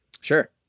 Sure